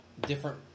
different